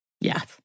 Yes